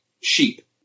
sheep